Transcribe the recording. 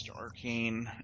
Arcane